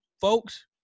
folks